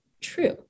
true